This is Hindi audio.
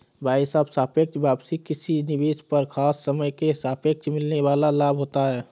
भाई साहब सापेक्ष वापसी किसी निवेश पर खास समय के सापेक्ष मिलने वाल लाभ होता है